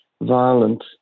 violent